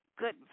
Good